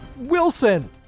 Wilson